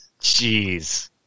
Jeez